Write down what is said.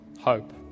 hope